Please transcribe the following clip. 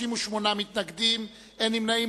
38 מתנגדים, אין נמנעים.